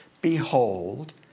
Behold